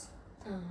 mm